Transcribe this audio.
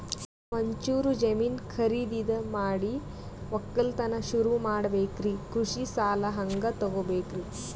ನಾ ಒಂಚೂರು ಜಮೀನ ಖರೀದಿದ ಮಾಡಿ ಒಕ್ಕಲತನ ಸುರು ಮಾಡ ಬೇಕ್ರಿ, ಕೃಷಿ ಸಾಲ ಹಂಗ ತೊಗೊಬೇಕು?